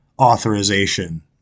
authorization